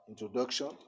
introduction